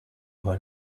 her